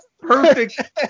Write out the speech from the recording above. perfect